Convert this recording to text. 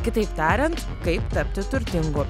kitaip tariant kaip tapti turtingu